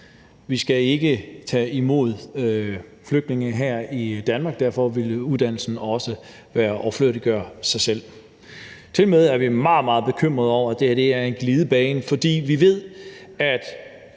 vi skal ikke tage imod flygtninge her i Danmark, og derfor vil uddannelsen også være overflødig. Tilmed er vi meget, meget bekymrede over, at det her er en glidebane, for vi ved, at